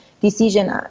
decision